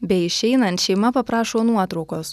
beišeinant šeima paprašo nuotraukos